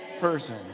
person